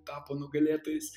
tapo nugalėtojais